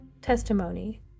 testimony